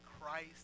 Christ